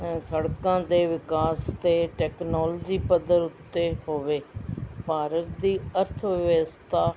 ਸੜਕਾਂ ਦੇ ਵਿਕਾਸ ਅਤੇ ਟੈਕਨੋਲਜੀ ਪੱਧਰ ਉੱਤੇ ਹੋਵੇ ਭਾਰਤ ਦੀ ਅਰਥ ਵਿਵਸਥਾ